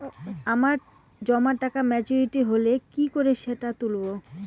আমার জমা টাকা মেচুউরিটি হলে কি করে সেটা তুলব?